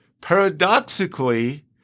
paradoxically